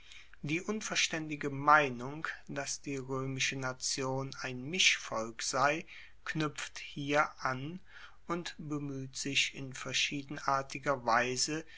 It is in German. die unverstaendige meinung dass die roemische nation ein mischvolk sei knuepft hier an und bemueht sich in verschiedenartiger weise